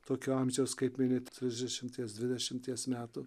tokio amžiaus kaip minit trisdešimties dvidešimties metų